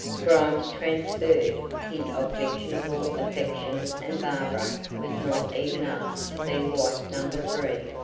grimes transferred his objectionable affection and barbara was not even asked to be wife number three.